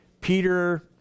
Peter